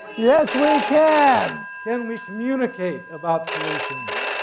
yes we can! can we communicate about solutions?